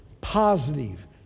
positive